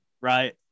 right